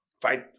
Fight